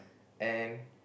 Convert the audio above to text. and